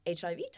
HIV